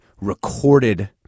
recorded